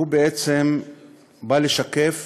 בא לשקף